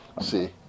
See